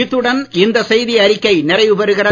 இத்துடன் இந்த செய்தி அறிக்கை நிறைவு பெறுகிறது